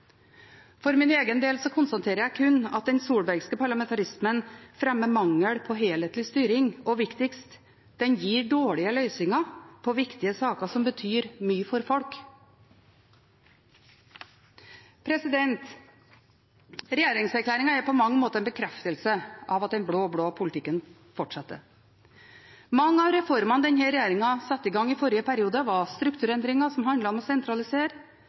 For min egen del konstaterer jeg kun at den solbergske parlamentarismen fremmer mangel på helhetlig styring. Og viktigst: Den gir dårlige løsninger på viktige saker som betyr mye for folk. Regjeringserklæringen er på mange måter en bekreftelse av at den blå-blå politikken fortsetter. Mange av reformene denne regjeringen satte i gang i forrige periode, var strukturendringer som handlet om å sentralisere.